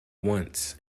once